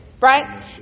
right